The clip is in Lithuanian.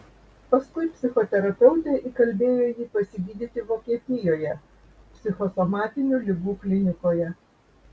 paskui psichoterapeutė įkalbėjo jį pasigydyti vokietijoje psichosomatinių ligų klinikoje